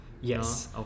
Yes